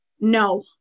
No